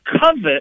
covet